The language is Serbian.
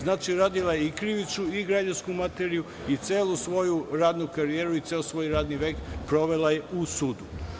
Znači, radila je i krivičnu i građansku materiju i celu svoju radnu karijeru i ceo svoj radni vek, provela je u sudu.